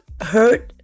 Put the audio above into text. hurt